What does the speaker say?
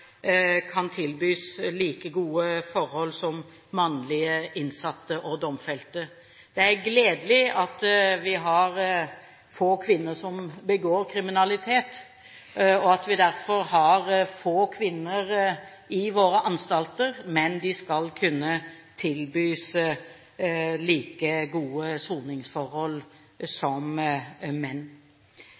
kan tilbys like gode forhold som mannlige innsatte og domfelte. Det er gledelig at vi har få kvinner som begår kriminalitet, og at vi derfor har få kvinner i våre anstalter. Men de skal kunne tilbys like gode soningsforhold som menn.